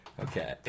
okay